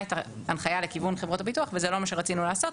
את ההנחיה לכיוון חברות הביטוח וזה לא מה שרצינו לעשות,